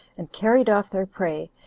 and carried off their prey,